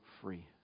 free